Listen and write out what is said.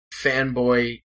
fanboy